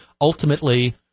Ultimately